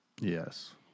Yes